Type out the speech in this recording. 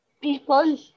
people